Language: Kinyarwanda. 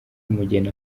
umugeni